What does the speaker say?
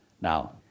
Now